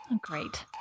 Great